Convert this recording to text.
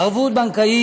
חברי הכנסת,